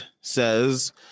says